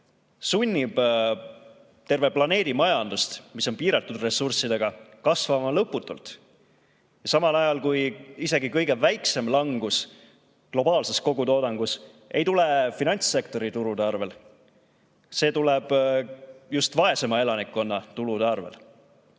sunnib terve planeedi majandust, mis on piiratud ressurssidega, kasvama lõputult, samal ajal kui isegi kõige väiksem langus globaalses kogutoodangus ei tule finantssektori tulude arvel. See tuleb just vaesema elanikkonna tulude arvel.